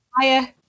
hiya